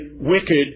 wicked